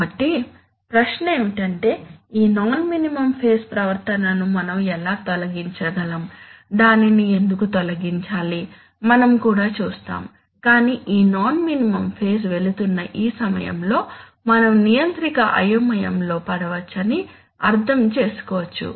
కాబట్టి ప్రశ్న ఏమిటంటే ఈ నాన్ మినిమం ఫేజ్ ప్రవర్తనను మనం ఎలా తొలగించగలం దానిని ఎందుకు తొలగించాలి మనం కూడా చూస్తాము కాని ఈ నాన్ మినిమం ఫేజ్ వెళుతున్న ఈ సమయంలో మనం నియంత్రిక అయోమయం లో పడవచ్చని అర్థం చేసుకోవచ్చు